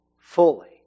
fully